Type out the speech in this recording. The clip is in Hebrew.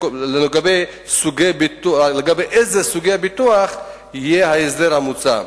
לגבי אילו סוגי ביטוח יהיה ההסדר המוצע.